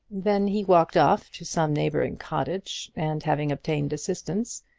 then he walked off to some neighbouring cottage, and having obtained assistance,